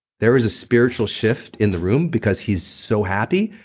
there is a spiritual shift in the room because he's so happy,